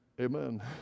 Amen